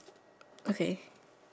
okay